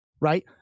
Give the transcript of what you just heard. Right